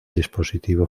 dispositivo